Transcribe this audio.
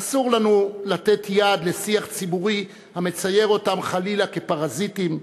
אסור לנו לתת יד לשיח ציבורי המצייר אותם חלילה כפרזיטים,